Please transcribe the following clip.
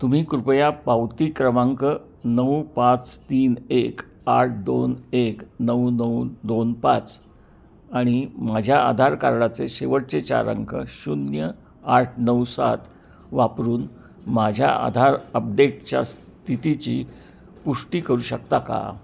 तुम्ही कृपया पावती क्रमांक नऊ पाच तीन एक आठ दोन एक नऊ नऊ दोन पाच आणि माझ्या आधार कार्डाचे शेवटचे चार अंक शून्य आठ नऊ सात वापरून माझ्या आधार अपडेटच्या स्थितीची पुष्टी करू शकता का